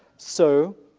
so,